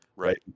right